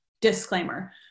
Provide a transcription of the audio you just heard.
disclaimer